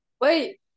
Wait